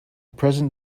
present